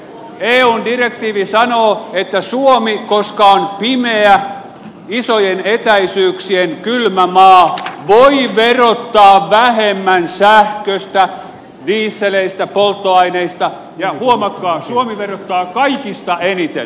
eun direktiivi sanoo että suomi koska on pimeä kylmä isojen etäisyyksien maa voi verottaa vähemmän sähköstä dieseleistä polttoaineista ja huomatkaa suomi verottaa kaikista eniten